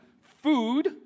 food